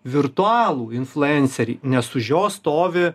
virtualų influencerį nes už jo stovi